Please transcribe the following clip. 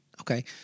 Okay